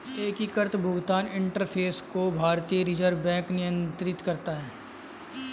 एकीकृत भुगतान इंटरफ़ेस को भारतीय रिजर्व बैंक नियंत्रित करता है